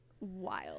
wild